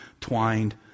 twined